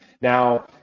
now